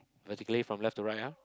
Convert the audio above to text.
vertically from left to right ah